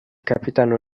capitano